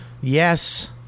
yes